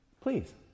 Please